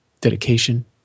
dedication